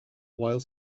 while